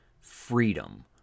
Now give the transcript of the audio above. freedom